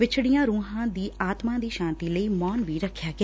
ਵਿਛੜੀਆਂ ਰੂਹਾਂ ਦੀ ਆਤਮਾ ਦੀ ਸਾਂਤੀ ਲਈ ਮੌਨ ਵੀ ਰੱਖਿਆ ਗਿਆ